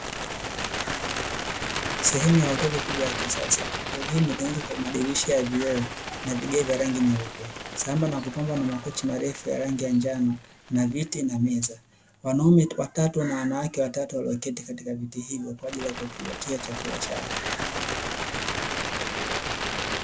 Sehemu ya hoteli kubwa ya kisasa, hoteli hii imetengenezwa kwa madirisha ya vioo na vigae vya rangi nyeupe. Sambamba na kupambwa na makochi marefu ya rangi ya njano, na viti na meza. Wanaume watatu na wanawake watatu walioketi katika viti hivyo, kwa ajili ya kujipatia chakula chao.